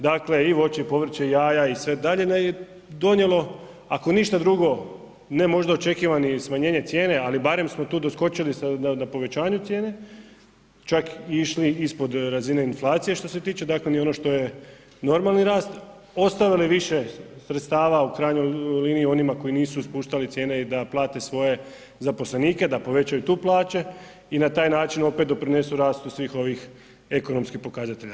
Dakle i voće i povrće i jaja je donijelo ako ništa drugo ne možda očekivane smanjenje cijene, ali barem smo tu doskočili povećanju cijene, čak išli ispod razine inflacije što se tiče dakle ni ono što je normalni rast, ostavili više sredstava u krajnjoj liniji onima koji nisu spuštali cijene i da plate svoje zaposlenike, da povećaju tu plaće i na taj način opet doprinesu rastu svih ovih ekonomskih pokazatelja.